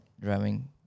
driving